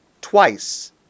twice